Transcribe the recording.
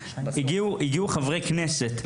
הגיעו חברי כנסת,